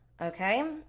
Okay